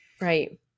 Right